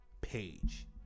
page